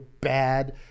bad